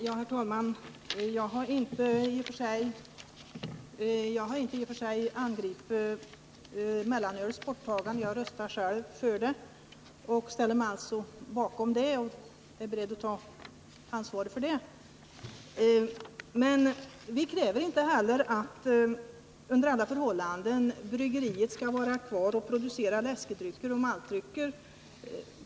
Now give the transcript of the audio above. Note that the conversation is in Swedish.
Herr talman! Jag har i och för sig inte angripit mellanölets borttagande. Även jag röstade för mellanölets slopande och är därför också beredd att ta ansvaret för detta. Vi kräver emellertid inte att bryggeriet under alla förhållanden skall vara kvar och fortsätta producera läskedrycker och maltdrycker.